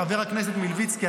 חבר הכנסת מלביצקי,